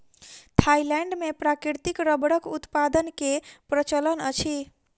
Thailand मे प्राकृतिक रबड़क उत्पादन के प्रचलन अछि